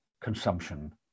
consumption